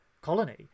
colony